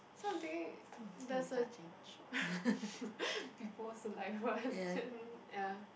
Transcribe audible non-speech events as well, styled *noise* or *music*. so I'm thinking there is a cheap *laughs* people's saliva as in ya